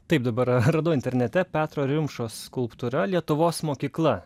taip dabar radau internete petro rimšos skulptūra lietuvos mokykla